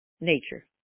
nature